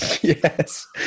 Yes